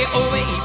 away